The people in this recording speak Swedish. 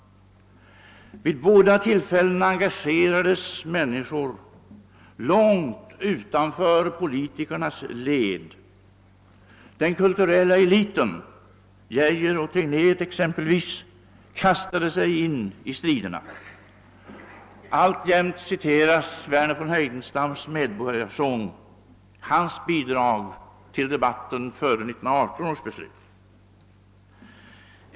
Vid båda tillfällena engagerades människor långt utanför politikernas led. Den kulturella eliten, t.ex. Geijer och Tegnér, kastade sig in i striderna. Alltjämt citeras Verner von Heidenstams medborgarsång — hans bidrag till debatten före 1918 års beslut.